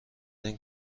این